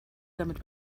damit